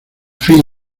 fin